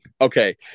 Okay